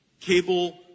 cable